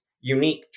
unique